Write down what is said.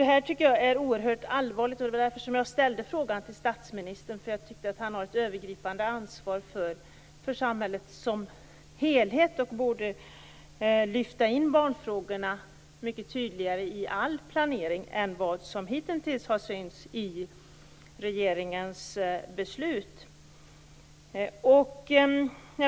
Detta tycker jag är oerhört allvarligt, och det var därför som jag framställde interpellationen till statsministern, eftersom jag tycker att han har ett övergripande ansvar för samhället som helhet och borde lyfta in barnfrågorna mycket tydligare i all planering än vad som hitintills har synts i regeringens beslut.